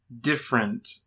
different